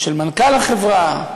של מנכ"ל החברה,